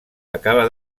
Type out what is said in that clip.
acaba